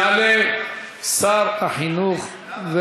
יעלה שר החינוך,